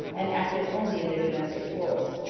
and active only in their domestic quarrels.